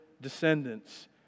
descendants